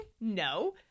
No